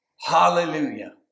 Hallelujah